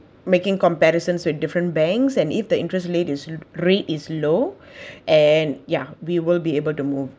making comparisons with different banks and if the interest late is rate is low and ya we will be able to move